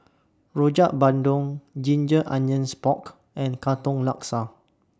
Rojak Bandung Ginger Onions Pork and Katong Laksa